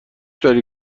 داری